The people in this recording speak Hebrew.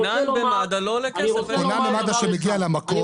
אני רוצה לומר -- כונן מד"א שמגיע למקום,